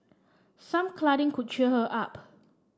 some cuddling could cheer her up